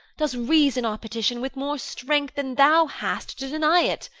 does reason our petition with more strength than thou hast to deny't